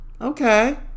Okay